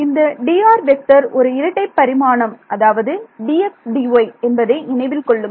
இந்த வெக்டர் ஒரு இரட்டை பரிமாணம் அதாவது dxdy என்பதை நினைவில் கொள்ளுங்கள்